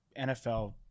NFL